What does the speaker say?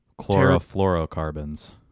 chlorofluorocarbons